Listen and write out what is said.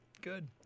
Good